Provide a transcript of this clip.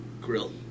grill